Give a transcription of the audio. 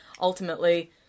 ultimately